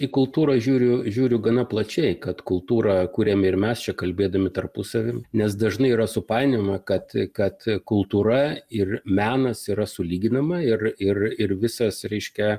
į kultūrą žiūriu žiūriu gana plačiai kad kultūra kuriame ir mes čia kalbėdami tarpusavy nes dažnai yra supainiojama kad kad kultūra ir menas yra sulyginama ir ir ir visas reiškia